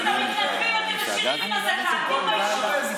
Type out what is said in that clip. מדובר ב-300 משפחות שנזרקות מהבית שלהן בגלל שהבעלים שלהן יפוטרו.